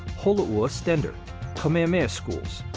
holoua stender kamehameha schools.